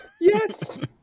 yes